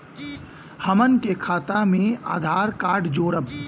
हमन के खाता मे आधार कार्ड जोड़ब?